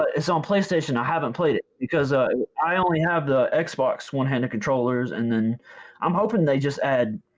it's on playstation. i haven't played it because i i only have the xbox one-handed controllers. and and i'm hoping they just add,